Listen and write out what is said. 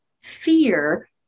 fear